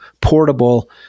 portable